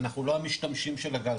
אנחנו לא המשתמשים של הגז.